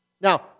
Now